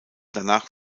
danach